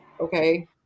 Okay